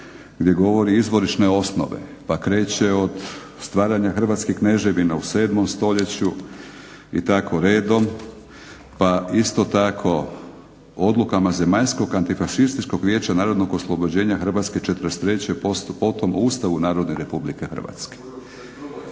gdje govori Izvorišne osnove pa kreće od stvaranja hrvatskih kneževina u 7. stoljeću i tako redom, pa isto tako odlukama Zemaljskog antifašističkog vijeća narodnog oslobođenja Hrvatske '43., potom u Ustavu Narodne Republike Hrvatske.